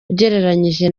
ugereranyije